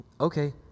Okay